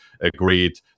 agreed